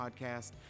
Podcast